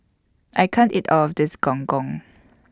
I can't eat All of This Gong Gong